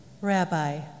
Rabbi